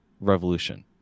revolution